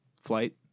flight